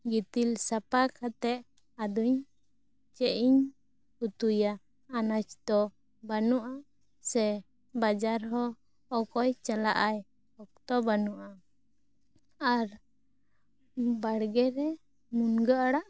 ᱜᱤᱛᱤᱞ ᱥᱟᱯᱟ ᱠᱟᱛᱮᱫ ᱟᱫᱚᱧ ᱪᱮᱫ ᱤᱧ ᱩᱛᱩᱭᱟ ᱟᱱᱟᱪ ᱫᱚ ᱵᱟᱹᱱᱩᱜ ᱟ ᱥᱮ ᱵᱟᱡᱟᱨ ᱦᱚᱸ ᱚᱡᱚᱭ ᱪᱟᱞᱟᱜ ᱟᱭ ᱚᱠᱛᱚ ᱵᱟᱹᱱᱩᱜᱼᱟ ᱟᱨ ᱵᱟᱲᱜᱮ ᱨᱮ ᱢᱩᱱᱜᱟ ᱟᱲᱟᱜ ᱛᱟᱦᱮᱸᱠᱟᱱᱟ